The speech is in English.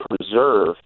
preserve